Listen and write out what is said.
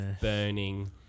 burning